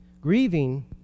Grieving